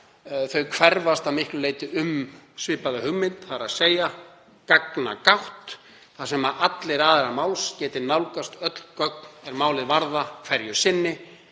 þau hverfast að miklu leyti um svipaða hugmynd, þ.e. gagnagátt þar sem allir aðilar máls geti nálgast öll gögn er málið varða hverju sinni.